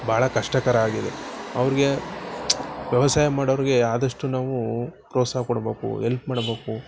ಭಾಳ ಕಷ್ಟಕರ ಆಗಿದೆ ಅವ್ರಿಗೆ ವ್ಯವಸಾಯ ಮಾಡೋರಿಗೆ ಆದಷ್ಟು ನಾವು ಪ್ರೋತ್ಸಾಹ ಕೊಡ್ಬೇಕು ಎಲ್ಪ್ ಮಾಡ್ಬೇಕು